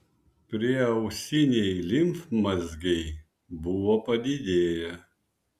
prieausiniai limfmazgiai buvo padidėję